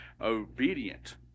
obedient